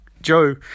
Joe